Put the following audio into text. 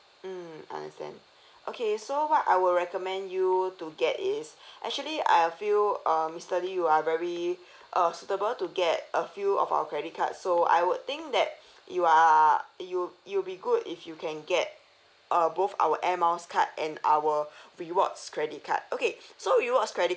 mm understand okay so what I would recommend you to get is actually I feel uh mister you are very uh suitable to get a few of our credit card so I would think that you are you you'll be good if you can get uh both our airmiles card and our rewards credit card okay so rewards credit